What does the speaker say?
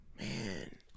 man